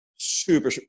super